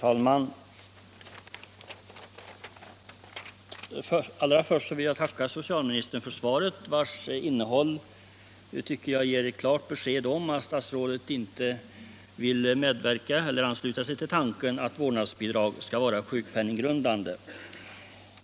Herr talman! Först vill jag tacka socialministern för svaret, vars innehåll ger ett klart besked om att statsrådet inte vill ansluta sig till tanken att vårdnadsbidrag skall vara sjukpenninggrundande.